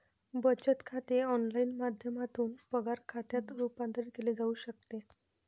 बचत खाते ऑनलाइन माध्यमातून पगार खात्यात रूपांतरित केले जाऊ शकते